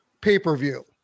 pay-per-view